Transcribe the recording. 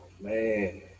man